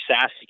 Sassy